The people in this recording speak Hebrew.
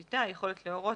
"שליטה" היכולת להורות,